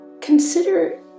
consider